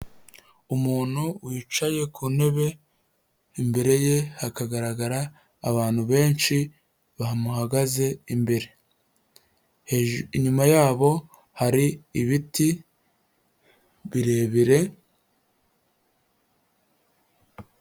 Umuntu wicaye ku ntebe imbere ye hakagaragara abantu benshi bamuhagaze imbere, inyuma yabo hari ibiti birebire.